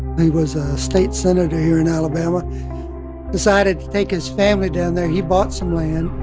he was a state senator here in alabama decided to take his family down there. he bought some land